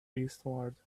eastward